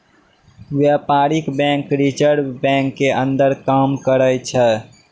व्यपारीक bank reserve bank के अंदर काम करै छै